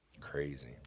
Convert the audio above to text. Crazy